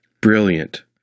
Brilliant